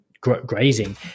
grazing